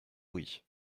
louis